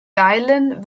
dylan